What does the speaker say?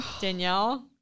Danielle